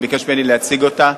הוא ביקש ממני להציג אותה.